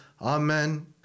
Amen